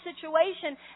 situation